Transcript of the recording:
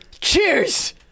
Cheers